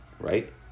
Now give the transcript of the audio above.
right